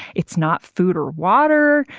it's not food or water.